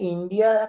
India